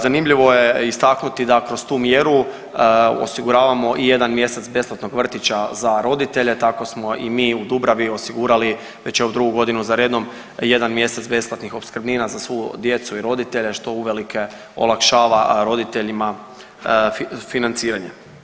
Zanimljivo je istaknuti da kroz tu mjeru osiguravamo i jedan mjesec besplatnog vrtića za roditelje tako smo i mi u Dubravi osigurali već evo drugu godinu za redu jedan mjesec besplatnih opskrbnina za svu djecu i roditelje što uvelike olakšava roditeljima financiranje.